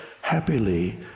happily